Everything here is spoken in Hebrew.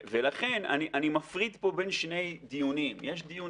ולכן אני מפריד פה בין שני דיונים: יש דיון